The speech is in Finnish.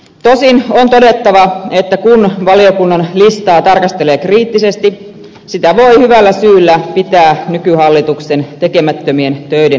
tosin on todettava että kun valiokunnan listaa tarkastelee kriittisesti sitä voi hyvällä syyllä pitää nykyhallituksen tekemättömien töiden listauksena